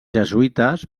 jesuïtes